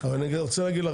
אבל אני רוצה להגיד לך,